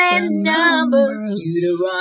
Numbers